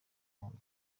umuntu